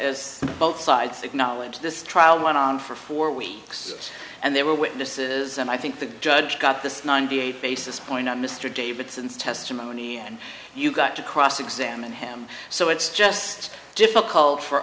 as both sides acknowledge this trial went on for four weeks and there were witnesses and i think that john i got this ninety eight basis point on mr davidson's testimony and you got to cross examine him so it's just difficult for